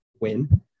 win